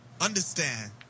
understand